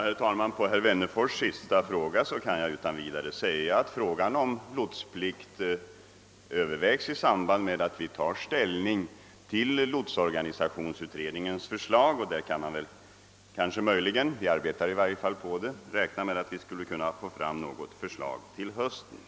Herr talman! Som svar på herr Wennerfors” senaste fråga kan jag utan vidare säga att införande av lotsplikt övervägs i samband med att vi tar ställning till lotsorganisationsutredningens förslag. Vi räknar med att få fram ett förslag till hösten.